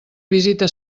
visita